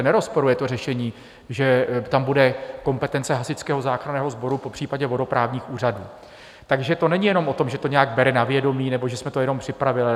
Nerozporuje to řešení, že tam bude kompetence Hasičského záchranného sboru, popřípadě vodoprávních úřadů, takže to není jenom o tom, že to nějak bere na vědomí nebo že jsme to jenom připravili.